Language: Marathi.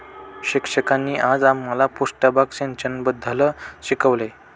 शिक्षकांनी आज आम्हाला पृष्ठभाग सिंचनाबद्दल शिकवले